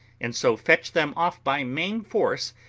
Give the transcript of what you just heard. and so fetch them off by main force,